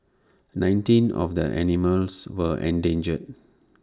nineteen of the animals were endangered